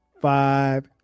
Five